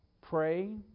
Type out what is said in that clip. Pray